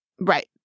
Right